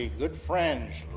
good friends,